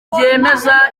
ryemeza